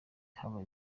haba